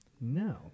No